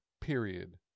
Period